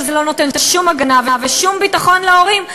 שזה לא נותן שום הגנה ושום ביטחון להורים,